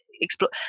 explore